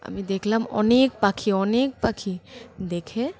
আমি দেখলাম অনেক পাখি অনেক পাখি দেখে